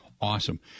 Awesome